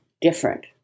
different